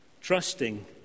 Trusting